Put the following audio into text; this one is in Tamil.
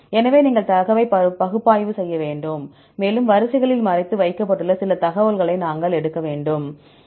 எனவே நீங்கள் தரவை பகுப்பாய்வு செய்ய வேண்டும் மேலும் வரிசைகளில் மறைத்து வைக்கப்பட்டுள்ள சில தகவல்களை நாங்கள் எடுக்க வேண்டும்